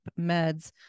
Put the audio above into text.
meds